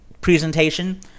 presentation